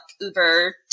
Uber